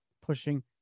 pushing